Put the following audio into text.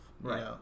Right